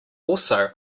also